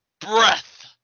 breath